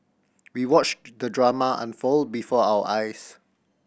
we watched the drama unfold before our eyes